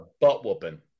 butt-whooping